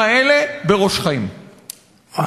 אה,